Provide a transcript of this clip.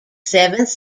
seventh